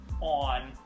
on